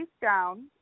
down